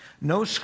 no